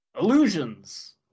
Illusions